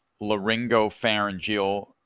laryngopharyngeal